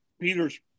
Peters